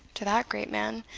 to that great man,